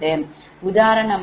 உதாரணமாக V1 14